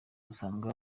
usanga